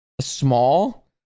small